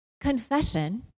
Confession